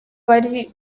bari